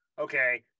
okay